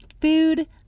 food